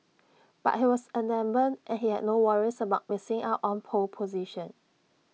but he was adamant and he had no worries about missing out on pole position